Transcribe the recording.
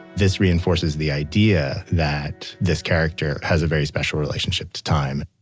this reinforces the idea that this character has a very special relationship to time